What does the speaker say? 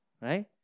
Right